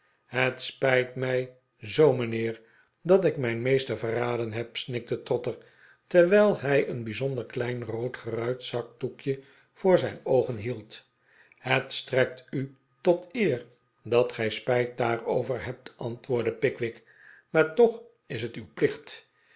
het spijt mij zoo mijnheer dat ik mijn meester verraden heb snikte trotter terwijl hij een bijzonder klein roodgeruit zak doekje voor zijn oogen hield het strekt u tot eer dat gij spijt daarover hebt antwoordde pickwick maar toch is het uw plicht